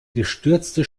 gestürzte